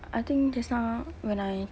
I think just now when I